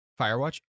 Firewatch